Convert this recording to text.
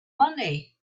money